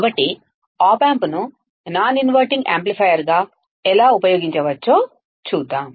కాబట్టి ఆప్ ఆంప్ను non inverting యాంప్లిఫైయర్గా ఎలా ఉపయోగించవచ్చో చూద్దాం